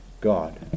God